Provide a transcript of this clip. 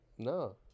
No